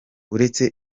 uretse